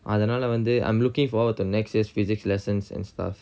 அதனால வந்து:athanala vanthu I'm looking forward to next year's physics lessons and stuff